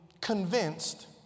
convinced